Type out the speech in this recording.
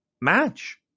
match